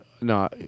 No